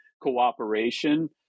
cooperation